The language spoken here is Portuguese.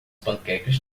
panquecas